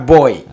Boy